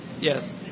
Yes